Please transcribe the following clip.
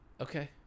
Okay